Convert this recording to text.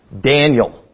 Daniel